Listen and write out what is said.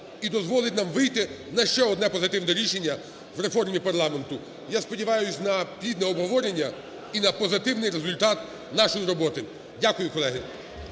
і дозволить нам вийти на ще одне позитивне рішення в реформі парламенту. Я сподіваюсь на плідне обговорення і на позитивний результат нашої роботи. Дякую, колеги.